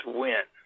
win